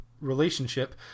relationship